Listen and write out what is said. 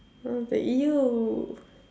I as like !eww!